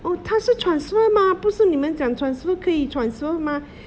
oh 他是 transfer mah 不是你们讲 transfer 可以 transfer mah